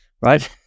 right